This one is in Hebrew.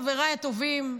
חבריי הטובים,